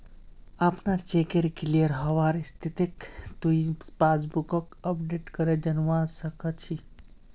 अपनार चेकेर क्लियर हबार स्थितिक तुइ पासबुकक अपडेट करे जानवा सक छी